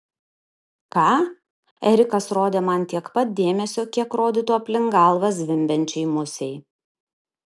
ką erikas rodė man tiek pat dėmesio kiek rodytų aplink galvą zvimbiančiai musei